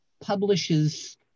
publishes